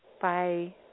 Bye